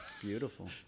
Beautiful